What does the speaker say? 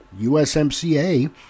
USMCA